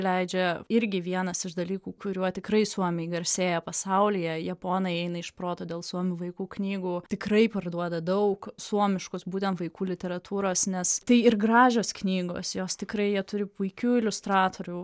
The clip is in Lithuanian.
leidžia irgi vienas iš dalykų kuriuo tikrai suomiai garsėja pasaulyje japonai eina iš proto dėl suomių vaikų knygų tikrai parduoda daug suomiškos būtent vaikų literatūros nes tai ir gražios knygos jos tikrai jie turi puikių iliustratorių